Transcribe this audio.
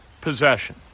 possession